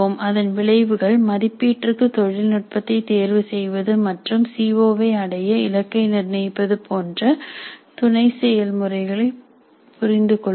அதன் விளைவுகள் மதிப்பீட்டிற்கு தொழில்நுட்பத்தை தேர்வு செய்வது மற்றும் சி ஓ வை அடைய இலக்கை நிர்ணயிப்பது போன்ற துணை செயல்முறைகளை புரிந்து கொள்வது